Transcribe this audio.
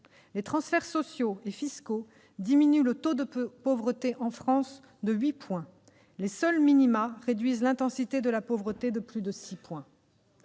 Les transferts sociaux et fiscaux diminuent le taux de pauvreté en France de 8 points ; les seuls minima réduisent l'intensité de la pauvreté de plus de 6 points.